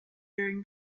during